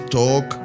talk